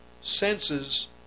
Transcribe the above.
senses